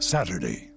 Saturday